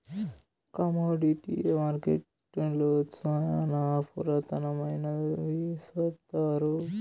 commodity మార్కెట్టులు శ్యానా పురాతనమైనవి సెప్తారు